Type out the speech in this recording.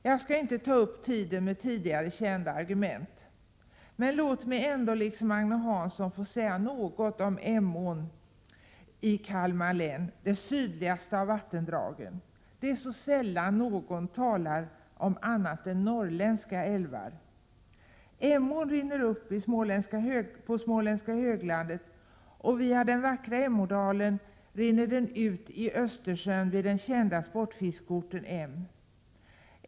Jag skall inte ta upp tiden med tidigare kända argument. Men låt mig ändå liksom Agne Hansson få säga något om Emån i Kalmar län, det sydligaste av de ifrågavarande vattendragen. Det är så sällan någon talar om annat än norrländska älvar. Emårn rinner upp på småländska höglandet, och via den vackra Emådalen rinner den ut i Östersjön vid den kända sportfiskeorten Em.